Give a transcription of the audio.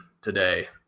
today